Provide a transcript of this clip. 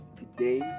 today